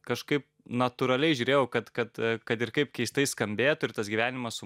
kažkaip natūraliai žiūrėjau kad kad kad ir kaip keistai skambėtų ir tas gyvenimas su